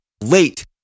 late